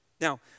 Now